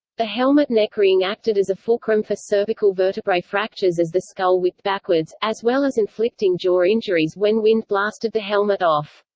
the helmet neck ring acted as a fulcrum for cervical vertebrae fractures as the skull whipped backwards, as well as inflicting jaw injuries when wind blasted the helmet off.